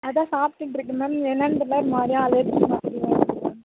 அதுதான் சாப்பிட்டுட்டு இருக்கேன் மேம் என்னென்னு தெரில ஒருமாதிரியா அலர்ஜி மாதிரியாக இருக்குது